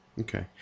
Okay